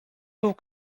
był